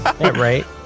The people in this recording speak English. right